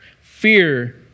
Fear